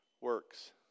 works